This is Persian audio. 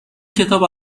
کتاب